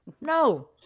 no